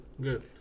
good